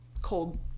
cold